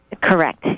Correct